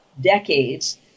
decades